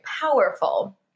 powerful